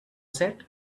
set